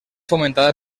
fomentada